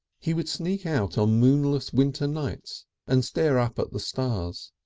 he would sneak out on moonless winter nights and stare up at the stars,